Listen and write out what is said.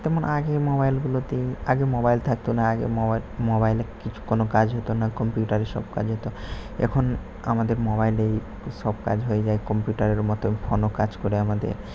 যেমন আগে মোবাইলগুলোতেই আগে মোবাইল থাকতো না আগে মোবাই মোবাইলে কিছু কোনো কাজ হতো না কম্পিউটারের সব কাজ হতো এখন আমাদের মোবাইলেই সব কাজ হয়ে যায় কম্পিউটারের মতো ফোনও কাজ করে আমাদের